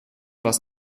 was